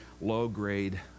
low-grade